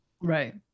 Right